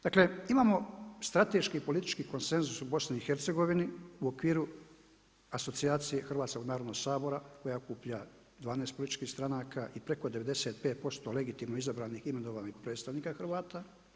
Dakle, imamo strateški politički konsenzus u BiH-u, u okviru asocijacije Hrvatskog narodnog sabora koji okuplja 12 političkih stranaka i preko 95% legitimno izabranih imenovanih predstavnika Hrvata.